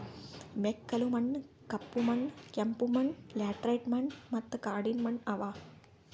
ಮೆಕ್ಕಲು ಮಣ್ಣ, ಕಪ್ಪು ಮಣ್ಣ, ಕೆಂಪು ಮಣ್ಣ, ಲ್ಯಾಟರೈಟ್ ಮಣ್ಣ ಮತ್ತ ಕಾಡಿನ ಮಣ್ಣ ಅವಾ